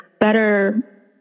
better